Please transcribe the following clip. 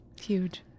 huge